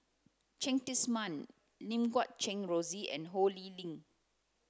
Cheng Tsang Man Lim Guat Kheng Rosie and Ho Lee Ling